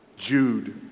Jude